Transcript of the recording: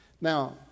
Now